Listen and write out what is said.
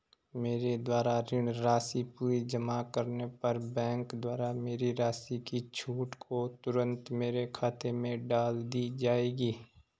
मेरे द्वारा ऋण राशि पूरी जमा करने पर बैंक द्वारा मेरी राशि की छूट को तुरन्त मेरे खाते में डाल दी जायेगी?